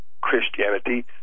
Christianity